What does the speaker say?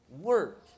work